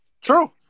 True